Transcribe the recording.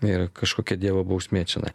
ir kažkokia dievo bausmė čionai